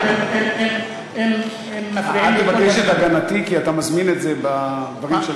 אל תבקש את הגנתי, כי אתה מזמין את זה בדברים שלך.